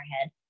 head